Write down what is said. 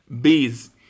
bees